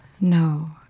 No